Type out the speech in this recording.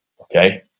okay